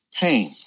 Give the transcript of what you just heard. pain